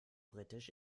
britisch